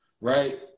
right